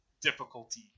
difficulty